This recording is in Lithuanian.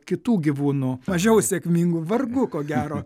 kitų gyvūnų mažiau sėkmingų vargu ko gero